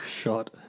shot